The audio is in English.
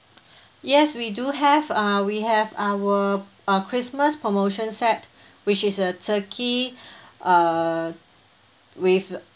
yes we do have uh we have our uh christmas promotion set which is a turkey uh with